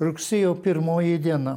rugsėjo pirmoji diena